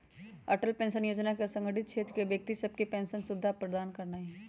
Atal pension Yojana असंगठित क्षेत्र के व्यक्ति सभके पेंशन सुविधा प्रदान करनाइ हइ